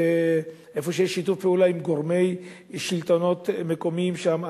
ואיפה שיש שיתוף פעולה עם גורמי שלטונות מקומיים שם,